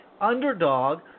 underdog